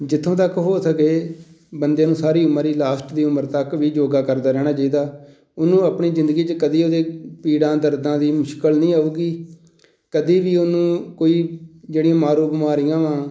ਜਿੱਥੋਂ ਤੱਕ ਹੋ ਸਕੇ ਬੰਦੇ ਨੂੰ ਸਾਰੀ ਉਮਰ ਹੀ ਲਾਸਟ ਦੀ ਉਮਰ ਤੱਕ ਵੀ ਯੋਗਾ ਕਰਦੇ ਰਹਿਣਾ ਚਾਹੀਦਾ ਉਹਨੂੰ ਆਪਣੀ ਜ਼ਿੰਦਗੀ 'ਚ ਕਦੀ ਉਹਦੇ ਪੀੜਾਂ ਦਰਦਾਂ ਦੀ ਮੁਸ਼ਕਿਲ ਨਹੀਂ ਆਊਗੀ ਕਦੀ ਵੀ ਉਹਨੂੰ ਕੋਈ ਜਿਹੜੀ ਮਾਰੂ ਬਿਮਾਰੀਆਂ ਵਾ